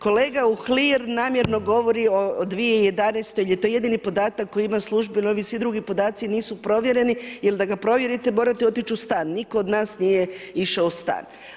Kolega Uhlir namjerno govori o 2011. jer je to jedini podatak koji ima službeno, ovu svi drugi podaci nisu provjereni jer da ga provjerite morate otići u stan, nitko od nas nije ušao u stan.